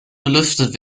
belüftet